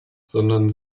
sondern